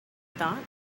thought